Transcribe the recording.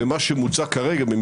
ומה שמוצע כרגע,